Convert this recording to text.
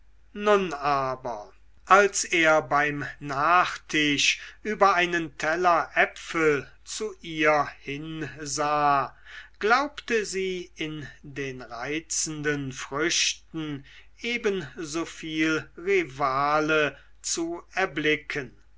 nun aber als er beim nachtisch über einen teller äpfel zu ihr hinsah glaubte sie in den reizenden früchten ebenso viel rivale zu erblicken